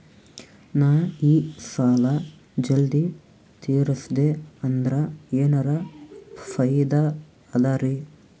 ನಾ ಈ ಸಾಲಾ ಜಲ್ದಿ ತಿರಸ್ದೆ ಅಂದ್ರ ಎನರ ಫಾಯಿದಾ ಅದರಿ?